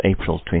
april